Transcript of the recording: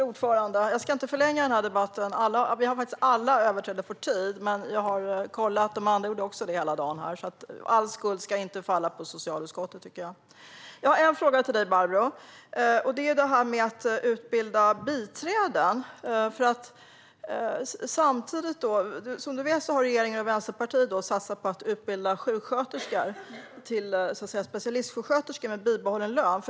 Fru talman! Jag ska inte förlänga debatten, men vi har faktiskt alla överskridit vår tid. Jag har kollat - andra har gjort det hela dagen, så all skuld ska inte falla på socialutskottet. Jag har en fråga till dig, Barbro, om det här med att utbilda biträden. Som du vet har regeringen och Vänsterpartiet satsat på att utbilda sjuksköterskor till specialistsjuksköterskor med bibehållen lön.